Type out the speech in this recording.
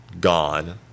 gone